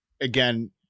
again